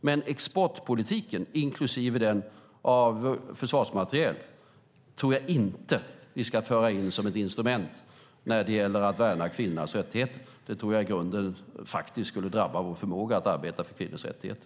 Men exportpolitiken, inklusive exporten av försvarsmateriel, tror jag inte att vi ska föra in som ett instrument när det gäller att värna kvinnornas rättigheter. Jag tror att det i grunden skulle drabba vår förmåga att arbeta för kvinnors rättigheter.